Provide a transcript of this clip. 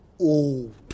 old